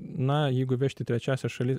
na jeigu vežti trečiąsias šalis